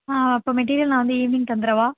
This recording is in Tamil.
ஆ அப்போ மெட்டீரியல் நான் வந்து ஈவினிங் தந்துவிடவா